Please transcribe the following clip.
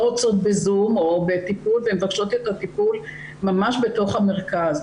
רוצות בזום והן מבקשות את הטיפול ממש בתוך המרכז.